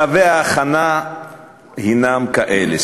שלבי ההכנה הם כאלה,